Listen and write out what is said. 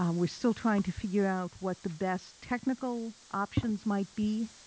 um we're still trying to figure out what the best technical options might be,